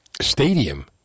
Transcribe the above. stadium